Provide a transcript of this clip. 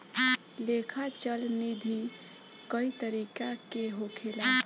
लेखा चल निधी कई तरीका के होखेला